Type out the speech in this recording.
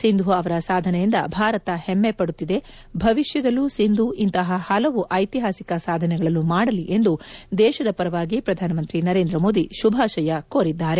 ಸಿಂಧು ಅವರ ಸಾಧನೆಯಿಂದ ಭಾರತ ಹೆಮ್ಮೆ ಪಡುತ್ತಿದೆ ಭವಿಷ್ಣದಲ್ಲೂ ಸಿಂಧು ಇಂತಹ ಹಲವು ಐತಿಹಾಸಿಕ ಸಾಧನೆಗಳನ್ನು ಮಾಡಲಿ ಎಂದು ದೇಶದ ಪರವಾಗಿ ಪ್ರಧಾನಮಂತ್ರಿ ನರೇಂದ್ರ ಮೋದಿ ಶುಭಾಶಯ ಕೋರಿದರು